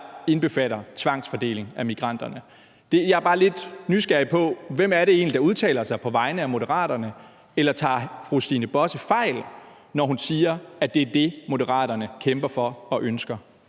der indbefatter tvangsfordeling af migranterne. Jeg er bare lidt nysgerrig på, hvem det egentlig er, der udtaler sig på Moderaternes vegne; eller tager fru Stine Bosse fejl, når hun siger, at det er det, Moderaterne kæmper for og ønsker?